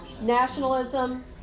nationalism